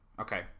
okay